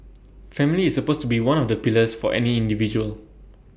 family is supposed to be one of the pillars for any individual